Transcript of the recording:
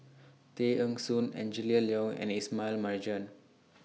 Tay Eng Soon Angela Liong and Ismail Marjan